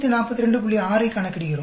6 ஐக் கணக்கிடுகிறோம்